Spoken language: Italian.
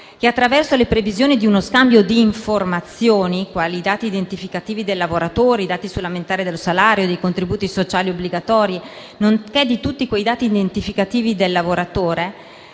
che attraverso le previsioni di uno scambio di informazioni, quali i dati identificativi del lavoratore, i dati sull'ammontare del salario e dei contributi sociali obbligatori, nonché tutti i dati identificativi del lavoratore,